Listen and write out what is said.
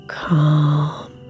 calm